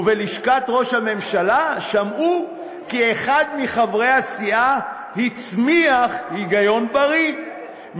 ובלשכת ראש הממשלה שמעו כי אחד מחברי הסיעה הצמיח היגיון בריא,